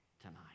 tonight